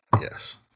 Yes